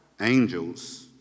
angels